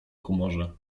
humorze